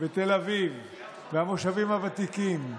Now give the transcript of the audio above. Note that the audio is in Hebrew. בתל אביב ובמושבים הוותיקים.